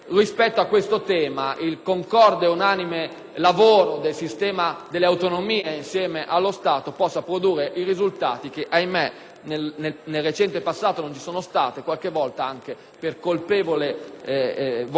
del sistema delle autonomie, insieme a quello dello Stato, possa produrre i risultati che, ahimè, nel recente passato non ci sono stati, qualche volta anche per colpevole volontà da parte delle amministrazioni regionali.